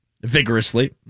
Vigorously